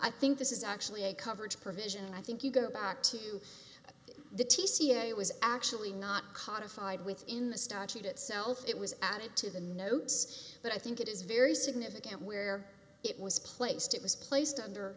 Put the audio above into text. i think this is actually a coverage provision and i think you go back to the t c it was actually not codified within the statute itself it was added to the notes but i think it is very significant where it was placed it was placed under